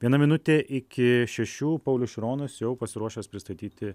viena minutė iki šešių paulius šironas jau pasiruošęs pristatyti